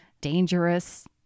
dangerous